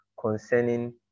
concerning